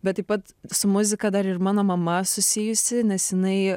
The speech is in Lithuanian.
bet taip pat su muzika dar ir mano mama susijusi nes jinai